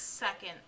second